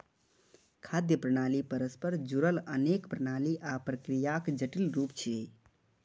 खाद्य प्रणाली परस्पर जुड़ल अनेक प्रणाली आ प्रक्रियाक जटिल रूप छियै